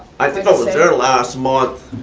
i think i was there last month.